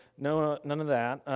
none none of that.